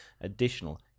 additional